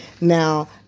Now